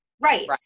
Right